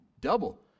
double